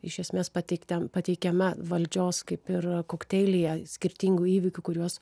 iš esmės pateiktam pateikiama valdžios kaip ir kokteilyje skirtingų įvykių kuriuos